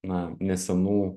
na nesenų